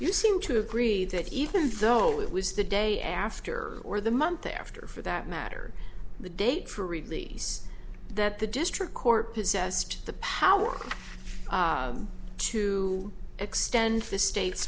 you seem to agree that even though it was the day after or the month there or for that matter the date for release that the district court possessed the power to extend the state